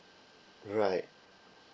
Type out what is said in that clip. right